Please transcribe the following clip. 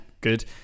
good